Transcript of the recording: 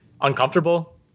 uncomfortable